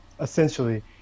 essentially